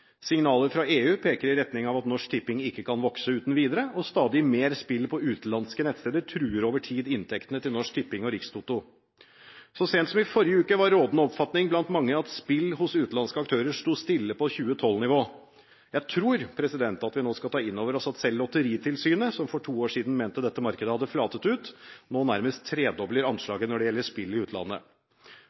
Signaler fra EU peker i retning av at Norsk Tipping ikke kan vokse uten videre, og stadig mer spill på utenlandske nettsteder truer over tid inntektene til Norsk Tipping og Rikstoto. Så sent som i forrige uke var rådende oppfatning blant mange at spill hos utenlandske aktører sto stille på 2012-nivå. Jeg tror at vi nå skal ta inn over oss at selv Lotteritilsynet, som for to år siden mente at dette markedet hadde «flatet ut», nå nærmest tredobler anslaget når det gjelder spill i utlandet.